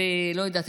ולא יודעת,